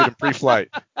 pre-flight